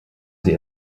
sie